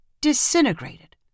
disintegrated